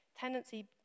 Tendency